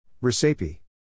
Recipe